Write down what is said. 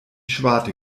schwarte